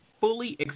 fully